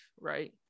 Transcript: right